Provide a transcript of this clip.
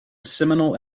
seminal